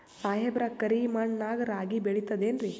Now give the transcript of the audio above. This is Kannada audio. ಸಾಹೇಬ್ರ, ಕರಿ ಮಣ್ ನಾಗ ರಾಗಿ ಬೆಳಿತದೇನ್ರಿ?